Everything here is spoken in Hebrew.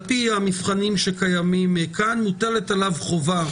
על פי המבחנים שקיימים כאן מוטלת עליו חובה